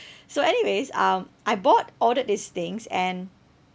so anyways um I bought ordered these things and